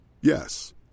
Yes